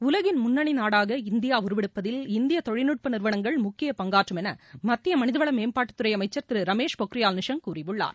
உலகின் முன்னணி நாடாக இந்தியா உருவெடுப்பதில் இந்திய தொழில்நுட்ப நிறுவனங்கள் முக்கிய பங்காற்றம் என மத்திய மனிவள மேம்பாட்டுத்துறை அமைச்சர் திரு ரமேஷ் பொக்ரியால் நிஷாங்க் கூறியுள்ளார்